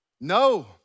No